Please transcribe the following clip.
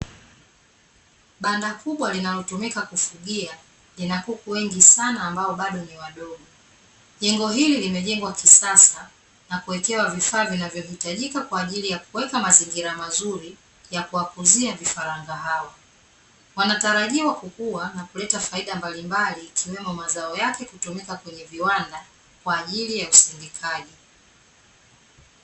Banda kubwa linalotumika kufugia, lina kuku wengi sana ambao bado ni wadogo. Jengo hili limejengwa kisasa, na kuwekewa vifaa vinavyohitajika kwa ajili ya kuweka mazingira mazuri, ya kuwakuzia vifaranga hao. Wanatarajiwa kukua na kuleta faida mbalimbali, ikiwemo mazao yake kutumika kwenye viwanda kwa ajili ya usindikaji.